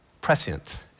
prescient